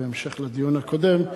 בהמשך לדיון הקודם,